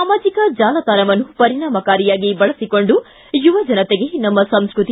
ಸಾಮಾಜಿಕ ಜಾಲತಾಣವನ್ನು ಪರಿಣಾಮಕಾರಿಯಾಗಿ ಬಳಸಿಕೊಂಡು ಯುವಜನತೆಗೆ ನಮ್ಮ ಸಂಸ್ಕೃತಿ